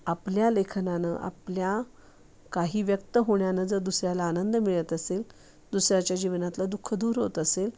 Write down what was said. आपल्या लेखनानं आपल्या काही व्यक्त होण्यानं जर दुसऱ्याला आनंद मिळत असेल दुसऱ्याच्या जीवनातलं दुःख दूर होत असेल